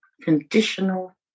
Conditional